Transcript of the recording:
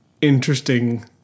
interesting